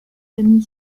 famille